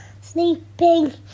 sleeping